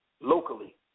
locally